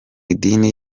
idini